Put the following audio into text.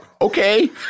Okay